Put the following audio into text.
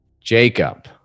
Jacob